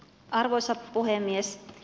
arvoisa puhemies